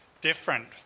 different